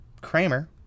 Kramer